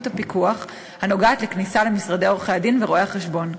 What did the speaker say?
הפיקוח הנוגעת לכניסה למשרדי עורכי-הדין ורואי-החשבון.